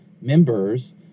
members